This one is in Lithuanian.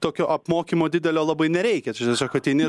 tokio apmokymo didelio labai nereikia tiesiog ateini ir